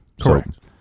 Correct